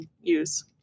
use